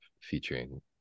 featuring